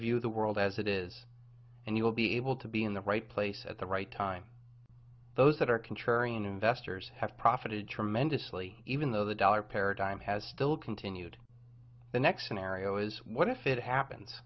view the world as it is and you will be able to be in the right place at the right time those that are contrary and investors have profited tremendously even though the dollar paradigm has still continued the next scenario is what if it happens